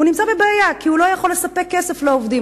הוא נמצא בבעיה, כי הוא לא יכול לתת כסף לעובדים.